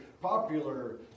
popular